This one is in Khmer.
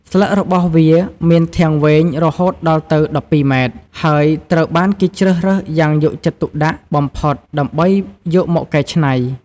ស្លឹករបស់វាមានធាងវែងរហូតដល់ទៅ ១២ ម៉ែត្រ ហើយត្រូវបានគេជ្រើសរើសយ៉ាងយកចិត្តទុកដាក់បំផុតដើម្បីយកមកកែច្នៃ។